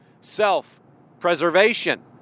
self-preservation